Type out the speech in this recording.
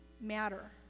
matter